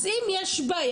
אז אם יש בעיה,